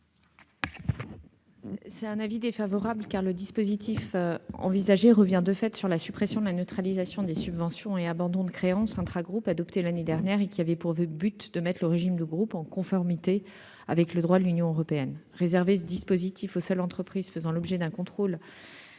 est défavorable, car le dispositif envisagé revient, de fait, sur la suppression de la neutralisation des subventions et abandon de créances intra-groupe, adoptée l'année dernière, qui avait pour but de mettre le régime de groupe en conformité avec le droit de l'Union européenne. Réserver ce dispositif aux seules entreprises faisant l'objet d'un contrôle